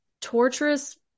torturous